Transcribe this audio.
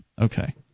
Okay